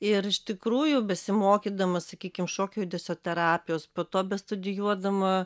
ir iš tikrųjų besimokydama sakykim šokio judesio terapijos po to bestudijuodama